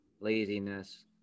laziness